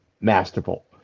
masterful